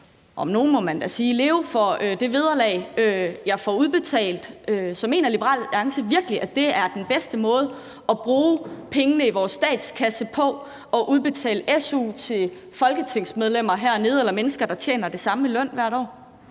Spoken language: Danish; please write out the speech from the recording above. om nogen, må man da sige, leve for det vederlag, jeg får udbetalt. Så mener Liberal Alliance virkelig, at det er den bedste måde at bruge pengene i vores statskasse på, altså udbetale su til folketingsmedlemmer herinde eller til mennesker, der tjener det samme i løn om året?